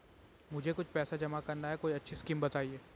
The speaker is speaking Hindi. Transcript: मुझे कुछ पैसा जमा करना है कोई अच्छी स्कीम बताइये?